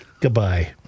Goodbye